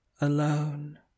alone